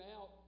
out